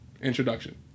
introduction